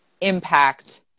impact